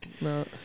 No